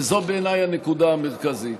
וזו בעיניי הנקודה המרכזית,